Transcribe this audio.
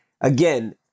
again